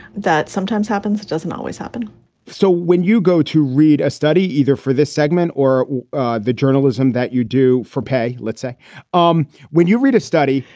that sometimes happens. it doesn't always happen so when you go to read a study either for this segment or the journalism that you do for pay, let's say um when you read a study,